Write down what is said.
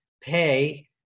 Pay